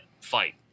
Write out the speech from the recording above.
fight